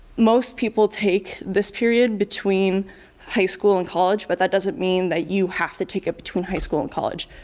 most people take this period between high school and college but that doesn't mean that you have to take it between high school and college.